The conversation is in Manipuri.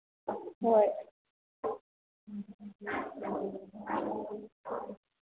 ꯍꯣꯏ